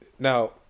Now